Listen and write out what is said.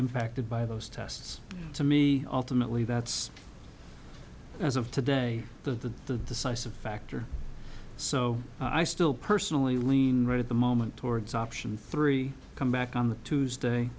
impacted by those tests to me ultimately that's as of today the decisive factor so i still personally lean right at the moment towards option three come back on the tuesday